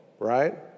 right